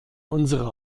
unsere